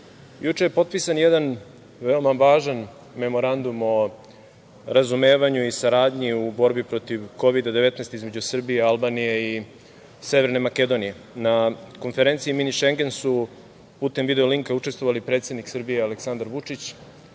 juče je potpisan jedan veoma važan Memorandum o razumevanju i saradnji u borbi protiv Kovid-19, između Srbije, Albanije i Severne Makedonije. Na konferenciji „mini šengen“ su putem video linka učestvovali predsednik Srbije Aleksandar Vučić,